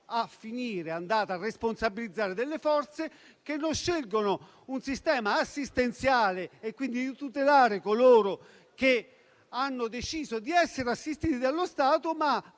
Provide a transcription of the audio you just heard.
italiani è andata a responsabilizzare delle forze che non scelgono un sistema assistenziale, quindi di tutelare coloro che hanno deciso di essere assistiti dallo Stato, ma